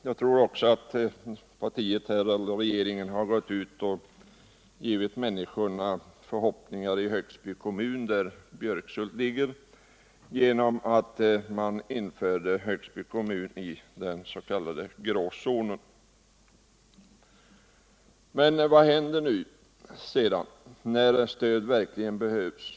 Jag tror också att regeringen har givit människorna i Högsby kommun, där Björkshult ligger, förhoppningar genom att man införde Högsby kommun i den s.k. grå zonen. Vad händer sedan när stöd verkligen behövs?